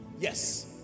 Yes